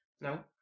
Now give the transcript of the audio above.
No